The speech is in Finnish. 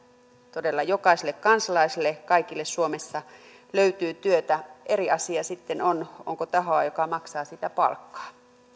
todella jokaiselle kansalaiselle kaikille suomessa löytyy työtä eri asia sitten on onko tahoa joka maksaa siitä palkkaa